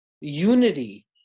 unity